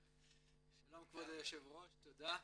שלום כבוד היושב-ראש, תודה.